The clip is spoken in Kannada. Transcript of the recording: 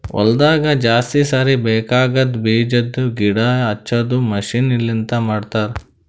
ಹೊಲದಾಗ ಜಾಸ್ತಿ ಸಾರಿ ಬೇಕಾಗದ್ ಬೀಜದ್ ಗಿಡ ಹಚ್ಚದು ಮಷೀನ್ ಲಿಂತ ಮಾಡತರ್